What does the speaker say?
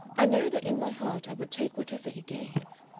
i know that in my heart i would take whatever he gave.